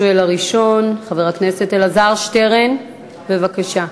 השואל הראשון, חבר הכנסת אלעזר שטרן, בבקשה.